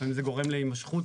לפעמים זה גורם להימשכות